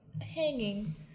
hanging